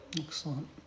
Excellent